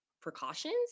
precautions